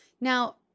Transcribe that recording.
Now